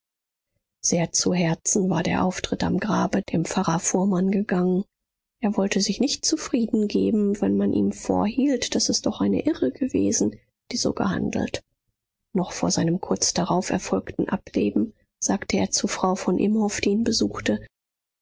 sehr zu herzen war der auftritt am grabe dem pfarrer fuhrmann gegangen er wollte sich nicht zufrieden geben wenn man ihm vorhielt daß es doch eine irre gewesen die so gehandelt noch vor seinem kurz darauf erfolgten ableben sagte er zu frau von imhoff die ihn besuchte